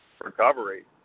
recovery